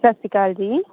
ਸਤਿ ਸ਼੍ਰੀ ਅਕਾਲ ਜੀ